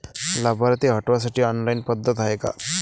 लाभार्थी हटवासाठी ऑनलाईन पद्धत हाय का?